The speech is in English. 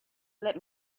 let